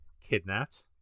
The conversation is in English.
kidnapped